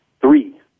three